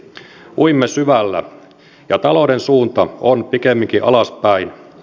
uimme syvällä ja talouden suunta on pikemminkin alaspäin